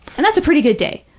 and that's a pretty good day.